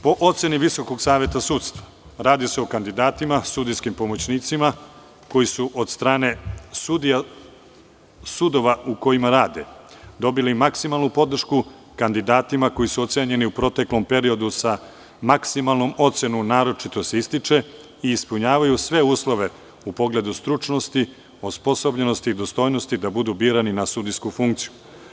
Po oceni VSS radi se o kandidatima, sudijskim pomoćnicima koji su od strane sudova u kojima rade dobili maksimalnu podršku, kandidati koji su ocenjeni u proteklom periodu sa maksimalnom ocenom – naročito se ističe i ispunjavaju sve uslove u pogledu stručnosti, osposobljenosti i dostojnosti da budu birani na sudijsku funkciju.